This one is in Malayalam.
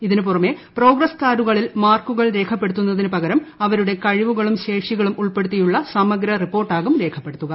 ഇതിനുപുറമേ പ്രോഗ്രസ്സ് കാർഡുകളിൽ മാർക്കുകൾ രേഖപ്പെടുത്തുന്നതിന് പകരം അവരുടെ കഴിവുകളും ശേഷികളും ഉൾപെടുത്തിയുള്ള സമഗ്ര റിപ്പോർട്ട് ആകും രേഖപ്പെടുത്തുക